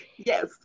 Yes